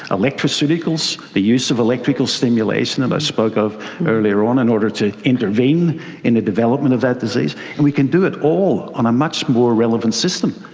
electroceuticals, the use of electrical stimulation that i spoke of earlier on, in order to intervene in the development of that disease. and we can do it all on a much more relevant system,